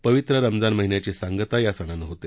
पवित्र रमझान महिन्याची सांगता या सणानं होते